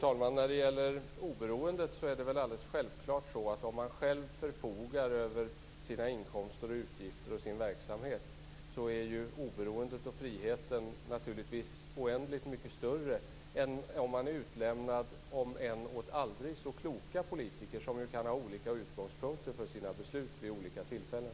Fru talman! Om man själv förfogar över sina inkomster, utgifter och verksamhet, är oberoendet och friheten oändligt mycket större än om man är utlämnad åt om än aldrig så kloka politiker som kan ha olika utgångspunkter för sina beslut vid olika tillfällen.